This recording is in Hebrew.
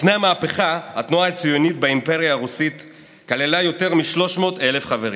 לפני המהפכה התנועה הציונית ברוסיה כללה יותר מ-300,000 חברים.